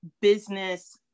business